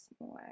more